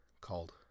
Called